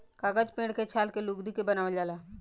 कागज पेड़ के छाल के लुगदी के बनावल जाला